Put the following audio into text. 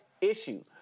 issue